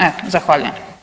Evo, zahvaljujem.